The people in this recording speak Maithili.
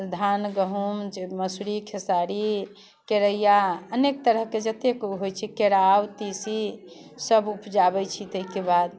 धान गहूम मौसरी खेसारी केरैआ अनेक तरहके जतेक ओ होइ छै केराउ तीसीसब उपजाबै छी ताहिके बाद